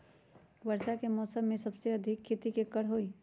वर्षा के मौसम में सबसे अधिक खेती केकर होई?